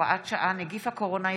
הוראת שעה, נגיף הקורונה החדש),